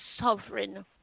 sovereign